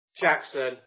Jackson